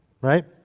right